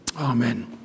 Amen